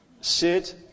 sit